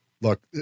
look